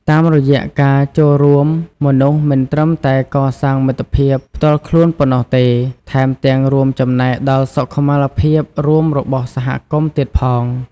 តាមរយៈការចូលរួម មនុស្សមិនត្រឹមតែកសាងមិត្តភាពផ្ទាល់ខ្លួនប៉ុណ្ណោះទេ ថែមទាំងរួមចំណែកដល់សុខុមាលភាពរួមរបស់សហគមន៍ទៀតផង។